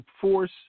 force –